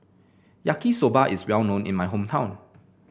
Yaki Soba is well known in my hometown